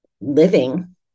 living